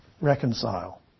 reconcile